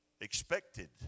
expected